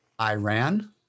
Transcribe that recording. Iran